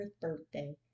birthday